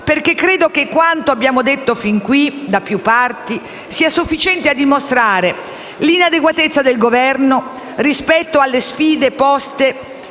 perché credo che quanto abbiamo detto sin qui da più parti sia sufficiente a dimostrare l'inadeguatezza del Governo rispetto alle sfide poste